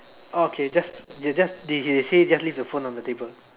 okay just they just they they say just leave the phone on the table